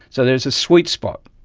so there is a sweet spot,